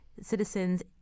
citizens